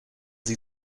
sie